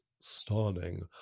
stunning